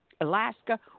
Alaska